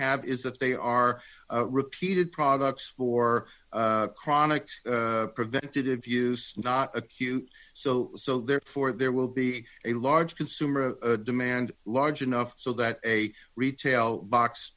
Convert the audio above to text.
have is that they are repeated products for chronic preventative use not acute so so therefore there will be a large consumer demand large enough so that a retail box